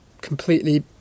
completely